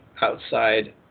outside